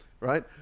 Right